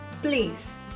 Please